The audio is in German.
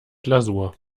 glasur